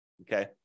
okay